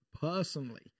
personally